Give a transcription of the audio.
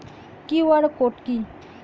QR code কি?